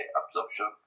absorption